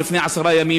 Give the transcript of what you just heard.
לפני עשרה ימים,